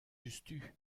diouzhtu